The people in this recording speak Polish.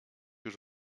już